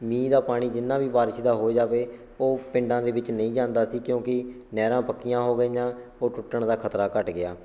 ਮੀਂਹ ਦਾ ਪਾਣੀ ਜਿੰਨਾਂ ਵੀ ਬਾਰਿਸ਼ ਦਾ ਹੋ ਜਾਵੇ ਉਹ ਪਿੰਡਾਂ ਦੇ ਵਿੱਚ ਨਹੀਂ ਜਾਂਦਾ ਸੀ ਕਿਉਂਕਿ ਨਹਿਰਾਂ ਪੱਕੀਆਂ ਹੋ ਗਈਆਂ ਉਹ ਟੁੱਟਣ ਦਾ ਖਤਰਾ ਘੱਟ ਗਿਆ